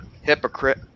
Hypocrite